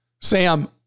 Sam